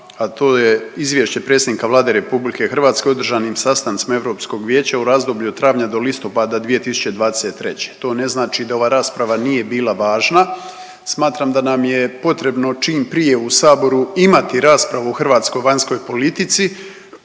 a to je izvješće predsjednika Vlade RH održanim sastancima Europskog vijeća u razdoblju od travnja do listopada 2023. To ne znači da ova rasprava nije bila važna. Smatram da nam je potrebno čim prije u saboru imati raspravu o hrvatskoj vanjskog politici